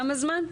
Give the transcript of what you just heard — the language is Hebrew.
כמה זמן?